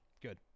good